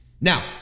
Now